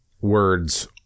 words